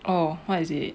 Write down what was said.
oh what is it